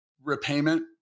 repayment